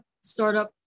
startup